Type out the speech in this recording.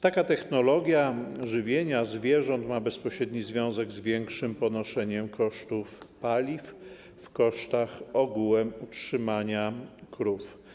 Taka technologia żywienia zwierząt ma bezpośredni związek z ponoszeniem większych kosztów paliw w kosztach ogółem utrzymania krów.